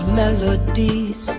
melodies